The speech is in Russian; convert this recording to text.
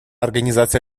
организация